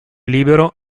libero